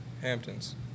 Hamptons